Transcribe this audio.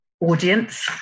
audience